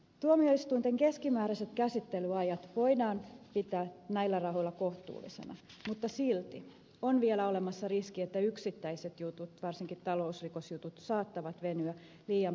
tuomioistuinten keskimääräiset käsittelyajat voidaan pitää näillä rahoilla kohtuullisina mutta silti on vielä olemassa riski että yksittäiset jutut varsinkin talousrikosjutut saattavat venyä liian pitkiksi